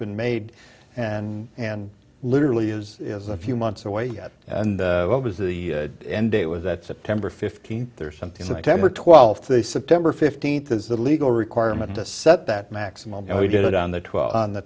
been made and and literally is is a few months away yet and what was the end date was that september fifteenth or something like temper twelfth a september fifteenth is the legal requirement to set that maximum and we did it on the twelfth on the